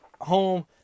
home